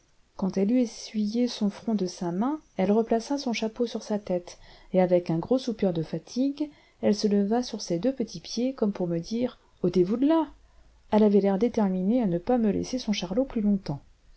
quand elle eut essuyé son front de sa main elle replaça son chapeau sur sa tête et avec un gros soupir de fatigue elle se leva sur ses deux petits pieds comme pour me dire otez vous de là elle avait l'air déterminée à ne pas me laisser son charlot plus longtemps